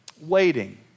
Waiting